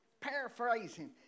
paraphrasing